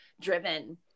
driven